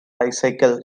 bicycle